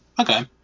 okay